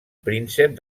príncep